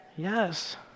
Yes